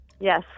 Yes